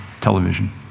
television